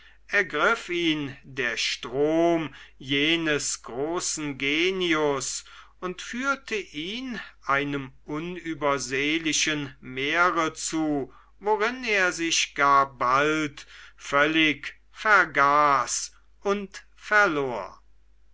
der strom jenes großen genius und führte ihn einem unübersehlichen meere zu worin er sich gar bald völlig vergaß und verlor